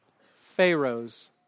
Pharaoh's